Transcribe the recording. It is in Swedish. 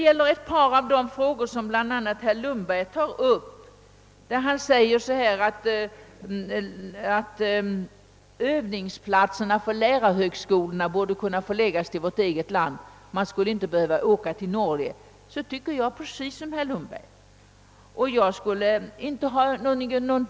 Herr Lundberg säger att övningsplatserna för lärarhögskolorna borde kunna förläggas till vårt eget land i stället för till Norge. Det instämmer jag i.